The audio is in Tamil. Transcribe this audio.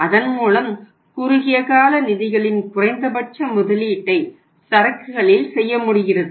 அதன்மூலம் குறுகிய கால நிதிகளின் குறைந்தபட்ச முதலீட்டை சரக்குகளில் செய்ய முடிகிறது